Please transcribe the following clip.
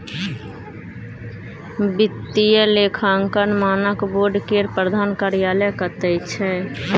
वित्तीय लेखांकन मानक बोर्ड केर प्रधान कार्यालय कतय छै